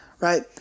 right